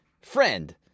friend